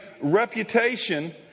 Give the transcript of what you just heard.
reputation